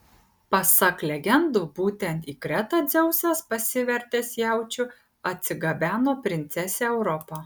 pasak legendų būtent į kretą dzeusas pasivertęs jaučiu atsigabeno princesę europą